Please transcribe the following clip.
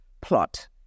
plot